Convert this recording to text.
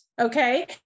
Okay